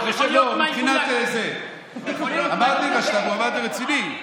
אני חושב, מבחינת, אמרתי שהוא רציני.